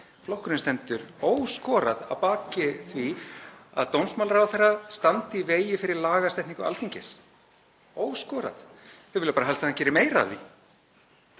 Flokkurinn stendur óskoraður að baki því að dómsmálaráðherra standi í vegi fyrir lagasetningu Alþingis. Þeir vilja bara helst að hann geri meira af því.